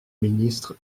ministre